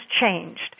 changed